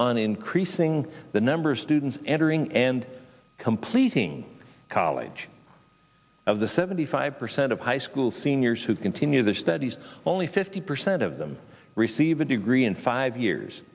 on increasing the number of students entering and completing college of the seventy five percent of high school seniors who continue their studies only fifty percent of them receive a degree in five years